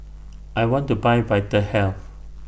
I want to Buy Vitahealth